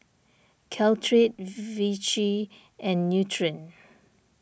Caltrate Vichy and Nutren